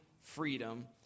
freedom